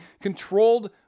controlled